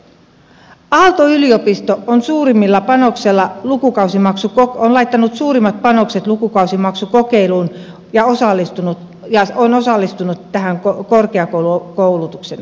aalto yliopisto on laittanut suurimmat panokset lukukausimaksukokeiluun ja on osallistunut tähän korkeakoulukouluttajana